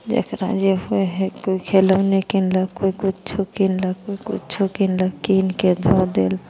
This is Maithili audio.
जकरा जे होइ हइ कोइ खिलौने किनलक कोइ किछु किनलक कोइ किछु किनलक किनिके धऽ देल